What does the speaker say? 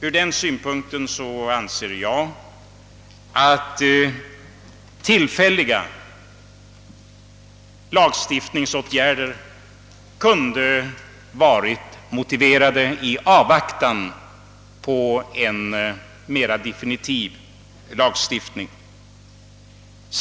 Från den synpunkten kunde tillfälliga lagstiftningsåtgärder ha varit motiverade i avvaktan på en mera definitiv lag.